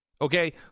Okay